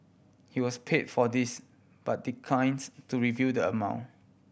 he was paid for this but declines to reveal the amount